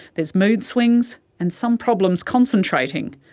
there's mood swings, and some problems concentrating.